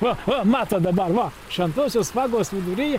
va va matot dabar va šventosios vagos viduryje